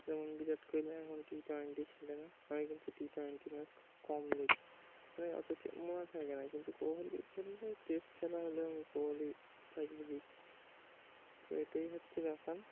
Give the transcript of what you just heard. যেমন বিরাট কোহলি এখন T twenty খেলে না আমি কিন্তু টি টোয়েন্টি ম্যাচ খুব কম দেখি মানে অত ক মনে থাকে না কিন্তু কোহলি খেললে টেস্ট খেলা হলেও আমি কোহলি থাকলে দেখি তো এটাই হচ্ছে ব্যাপার